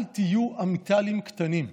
"אל תהיו עמיטלים קטנים",